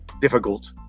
Difficult